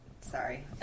sorry